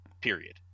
period